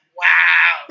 wow